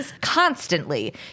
constantly